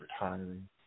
retiring